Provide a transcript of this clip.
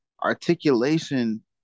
Articulation